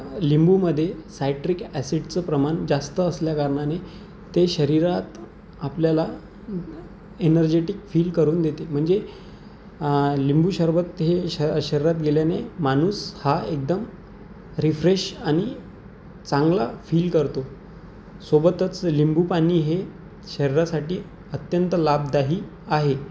लिंबूमध्ये citric ॲसिडचं प्रमाण जास्त असल्याकारणाने ते शरीरात आपल्याला एनर्जेटिक फील करून देते म्हणजे लिंबू सरबत हे श शरीरात गेल्याने माणूस हा एकदम रिफ्रेश आणि चांगला फील करतो सोबतच लिंबू पाणी हे शरीरासाठी अत्यंत लाभदायी आहे